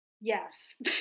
Yes